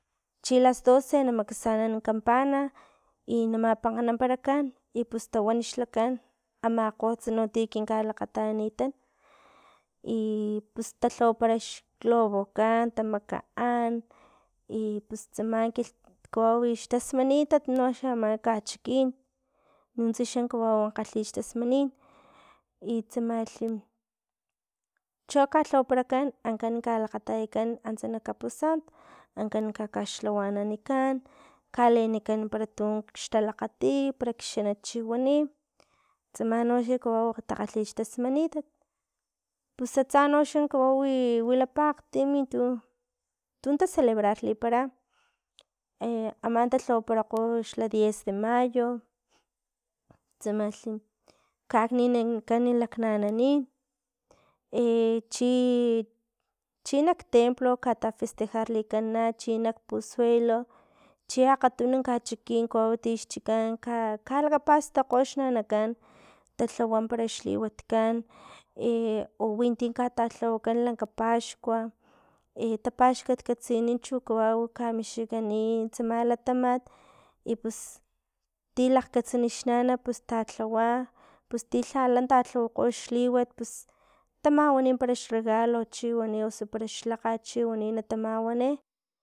Chi las doce na makasanan kampana i namapankganaparakan i pus tawan xlakan, amakgotsa no tin kinkalakgatayanitan pus talhawapara xglobokan, tamakaan, ipus tsama kilht kawau xtasmanitat noxa ama kachikin nuntsa xa kawau kgalhi xtasmanin i tsamalhi cho kalhawaparak ankan kalakgatayakan antsa nak kaposanto, ankan kakaxlhawanikan kalenikan para tux talakgati, parak xanatkan chiwani, tsama noxa kawau takgalhi xtasmanitat pus atsa noxa kawawi wilapa akgtim tu- tu tacelebrarlipara mama talhawaparakgo xla dies de mayo tsamalhi kakninikan, laknananin chi chinak templo katafestejarlikan nachi nak puskuelo chi akgatuno kachikin chono xchikan ka- kalakgapastajkgo xnanakan talhawa parax liwatkan owinti katalhawakan lanka paxkua tapaxkatkatsini chu kawau kamixkikani tsama latamat i pus, ti lakgkatsan xnana pus talhawa pus ti lhala talhawa xliwat, pus tamawani para xregalo chiwani osu para xlhakgat chiwani na tamawani